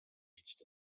reached